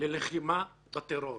ללחימה בטרור,